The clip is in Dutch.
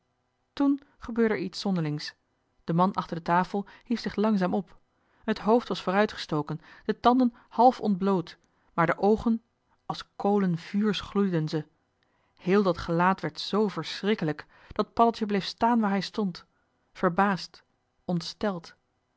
toen gebeurde er iets zonderlings de man achter de tafel hief zich langzaam op het hoofd was vooruitgestoken de tanden half ontbloot maar de oogen als kolen vuurs gloeiden ze heel dat gelaat werd zoo verschrikkelijk dat paddeltje bleef staan waar hij stond verbaasd ontsteld